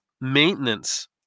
maintenance